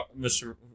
Mr